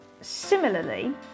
Similarly